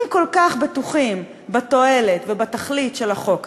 אם כל כך בטוחים בתועלת ובתכלית של החוק הזה,